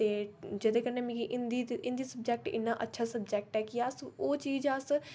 जेहदे कन्नै मिगी हिंदी सब्जैक्ट इन्ना अच्छा सब्जैक्ट ऐ कि अस ओह् चीज अस